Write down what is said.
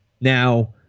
Now